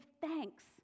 thanks